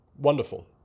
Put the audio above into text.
Wonderful